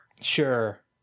sure